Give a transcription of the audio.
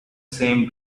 same